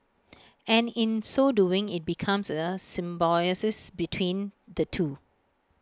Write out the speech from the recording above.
and in so doing IT becomes A a symbiosis between the two